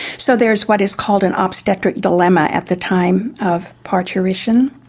so there is what is called an ah obstetric dilemma at the time of parturition.